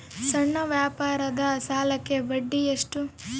ಸಣ್ಣ ವ್ಯಾಪಾರದ ಸಾಲಕ್ಕೆ ಬಡ್ಡಿ ಎಷ್ಟು?